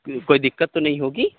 کوئی دقت تو نہیں ہوگی